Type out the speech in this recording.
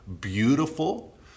beautiful